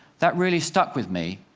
that really stuck with me.